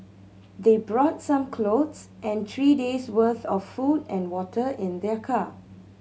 they brought some clothes and three days worth of food and water in their car